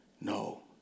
no